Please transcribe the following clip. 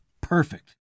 perfect